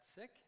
sick